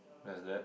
there's that